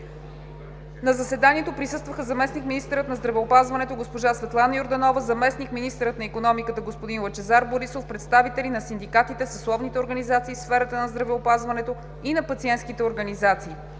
На заседанието присъстваха заместник-министърът на здравеопазването госпожа Светлана Йорданова, заместник-министърът на икономиката господин Лъчезар Борисов, представители на синдикатите, съсловните организации в сферата на здравеопазването и на пациентските организации.